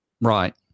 Right